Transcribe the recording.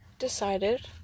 Decided